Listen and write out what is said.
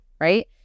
right